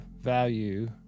value